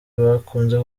bukunze